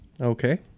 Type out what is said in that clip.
Okay